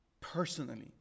personally